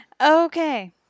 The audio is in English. Okay